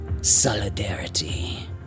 solidarity